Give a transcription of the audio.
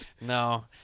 No